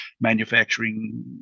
manufacturing